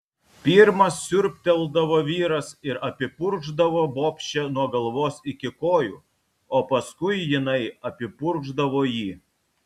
pirmas siurbteldavo vyras ir apipurkšdavo bobšę nuo galvos iki kojų o paskui jinai apipurkšdavo jį